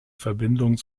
verbindung